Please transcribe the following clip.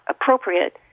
appropriate